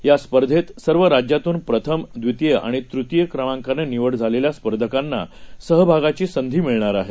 या स्पर्धेत सर्व राज्यातून प्रथम द्वितीय आणि तृतीय क्रमांकानं निवड झालेल्या स्पर्धकांना सहभागाची संधी मिळणार आहे